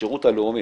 השירות הלאומי,